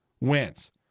wins